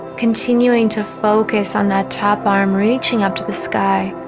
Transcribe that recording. continuing to focus on that top arm reaching up to the sky